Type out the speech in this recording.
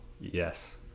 Yes